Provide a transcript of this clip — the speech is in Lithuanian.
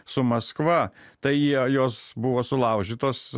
su maskva tai jie jos buvo sulaužytos